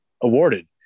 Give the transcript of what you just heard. awarded